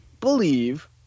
believe